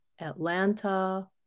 Atlanta